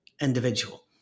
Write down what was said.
individual